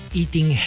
eating